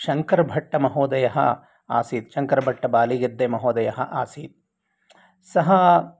शङ्करभट्टमहोदयः आसीत् शङ्करभट्टबालिय्गद्देमहोदयः आसीत् सः